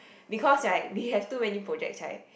because right we have too many projects right